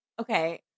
okay